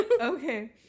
Okay